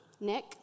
Nick